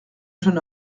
jeune